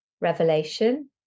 revelation